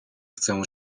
chcę